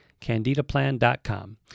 CandidaPlan.com